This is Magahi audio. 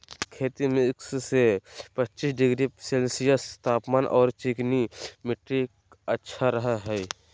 खेती में इक्किश से पच्चीस डिग्री सेल्सियस तापमान आर चिकनी मिट्टी अच्छा रह हई